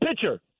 pitcher